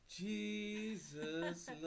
Jesus